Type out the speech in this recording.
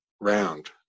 round